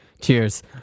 cheers